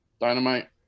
dynamite